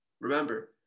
Remember